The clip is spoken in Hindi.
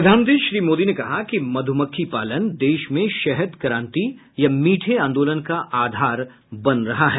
प्रधानमंत्री ने कहा कि मध्रमक्खी पालन देश में शहद क्रांति या मीठे आंदोलन का आधार बना रहा है